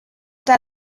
der